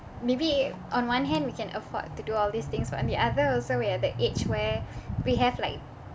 maybe on one hand we can afford to do all these things but on the other also we are the age where we have like